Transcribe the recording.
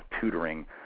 tutoring